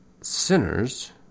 sinners